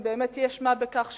אם באמת יש משהו בכך,